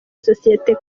sosiyete